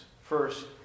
First